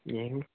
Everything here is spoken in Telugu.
ఏమి